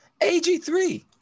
AG3